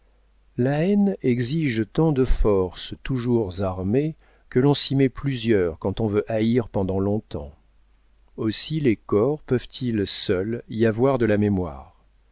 la haine exige tant de forces toujours armées que l'on s'y met plusieurs quand on veut haïr pendant longtemps aussi les corps peuvent-ils seuls y avoir de la mémoire